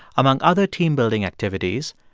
among other team-building activities,